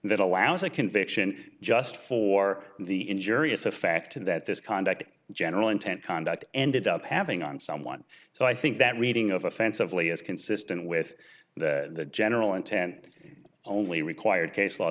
that allows a conviction just for the injurious the fact that this conduct general intent conduct ended up having on someone so i think that reading of offensively is consistent with the general intent only required case law